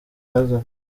yazanye